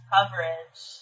coverage